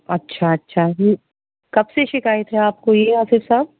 اچھا اچھا جی کب سے شکایت ہے آپ کو یہ آصف صاحب